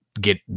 get